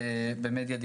הפרישה.